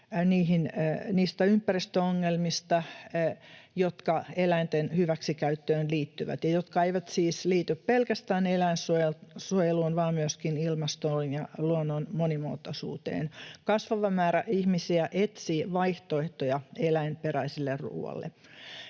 niistä ympäristöongelmista, jotka eläinten hyväksikäyttöön liittyvät ja jotka eivät siis liity pelkästään eläinsuojeluun, vaan myöskin ilmastoon ja luonnon monimuotoisuuteen. Kasvava määrä ihmisiä etsii vaihtoehtoja eläinperäisille ruuille.